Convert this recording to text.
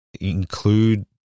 include